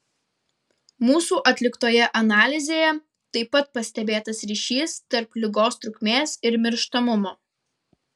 mūsų atliktoje analizėje taip pat pastebėtas ryšys tarp ligos trukmės ir mirštamumo